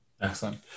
Excellent